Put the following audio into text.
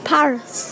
Paris